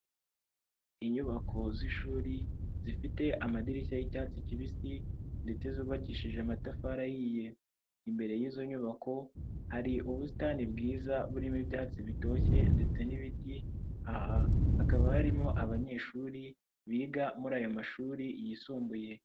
Inyubako z'ishuri zifite amadirishya yi'icyatsi kibisi ndetse zubakishije amatafari ahiye, imbere y'izo nyubako, hari ubusitani bwiza burimo ibyatsi bitoshye ndetse n'ibiti, aha hakaba harimo abanyeshuri biga muri ayo mashuri yisumbuye.